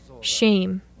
shame